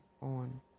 on